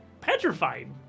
petrified